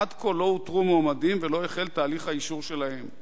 עד כה לא אותרו מועמדים ולא החל תהליך האישור שלהם.